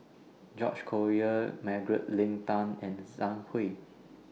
George Collyer Margaret Leng Tan and Zhang Hui